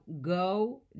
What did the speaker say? go